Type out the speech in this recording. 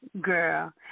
Girl